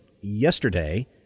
yesterday